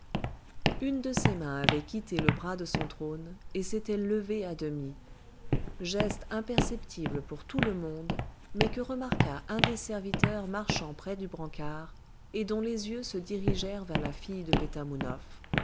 une de ses mains avait quitté le bras de son trône et s'était levée à demi geste imperceptible pour tout le monde mais que remarqua un des serviteurs marchant près du brancard et dont les yeux se dirigèrent vers la fille de